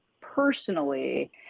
personally